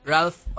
Ralph